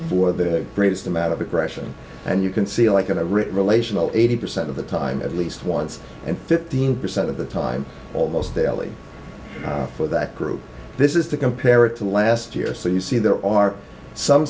for the greatest amount of aggression and you can see like a rich relational eighty percent of the time at least once and fifteen percent of the time almost daily for that group this is to compare it to last year so you see there are some